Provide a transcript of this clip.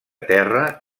terra